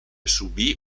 subì